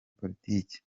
politike